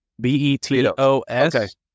B-E-T-O-S